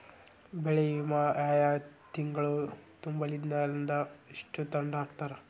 ಬೆಳೆ ವಿಮಾ ಆಯಾ ತಿಂಗ್ಳು ತುಂಬಲಿಲ್ಲಾಂದ್ರ ಎಷ್ಟ ದಂಡಾ ಹಾಕ್ತಾರ?